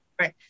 Right